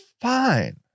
fine